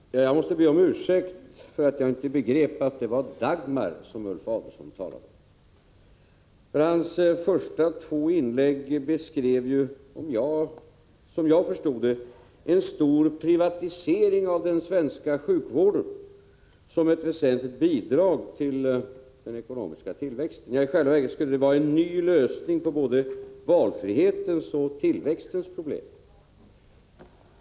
Herr talman! Jag måste be om ursäkt för att jag inte begrep att det var Dagmarreformen som Ulf Adelsohn talade om. Som jag förstod det, beskrevs ju i hans två första inlägg en stor privatisering av den svenska sjukvården som ett väsentligt bidrag till den ekonomiska tillväxten. Ja, i själva verket skulle det vara en ny lösning på både valfrihetens och tillväxtens problem.